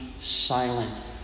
silent